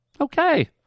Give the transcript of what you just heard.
Okay